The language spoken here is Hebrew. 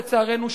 לצערנו,